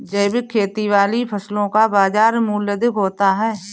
जैविक खेती वाली फसलों का बाज़ार मूल्य अधिक होता है